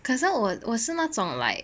可是我我是那种 like